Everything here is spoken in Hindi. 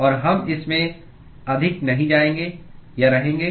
और हम इसमें अधिक नहीं जाएंगेरहेंगे